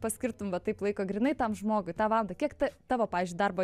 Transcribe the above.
paskirtum va taip laiko grynai tam žmogui tą valandą kiek ta tavo pavyzdžiui darbo